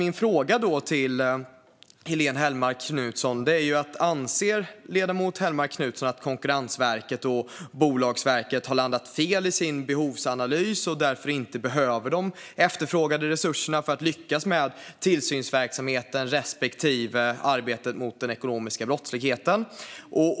Min fråga till Helene Hellmark Knutsson är: Anser ledamoten Hellmark Knutsson att Konkurrensverket och Bolagsverket har landat fel i sin behovsanalys och därför inte behöver de efterfrågade resurserna för att lyckas med tillsynsverksamheten respektive arbetet mot den ekonomiska brottsligheten?